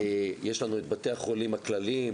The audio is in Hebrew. יש לנו את בתי החולים הכלליים,